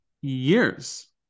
years